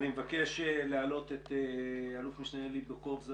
אני מבקש להעלות את אל"מ אלי בוקובזה,